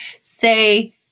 Say